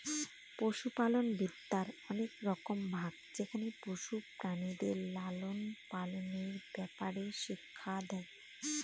পশুপালনবিদ্যার অনেক রকম ভাগ যেখানে পশু প্রাণীদের লালন পালনের ব্যাপারে শিক্ষা দেয়